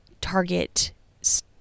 target